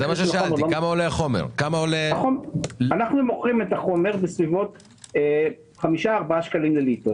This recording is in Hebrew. אנחנו מוכרים את החומר בסביבות 4 - 5 שקלים לליטר.